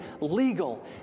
legal